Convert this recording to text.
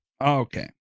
Okay